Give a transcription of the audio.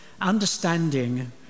Understanding